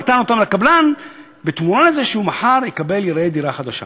נתן אותן לקבלן בתמורה לזה שמחר הוא יקבל דירה חדשה.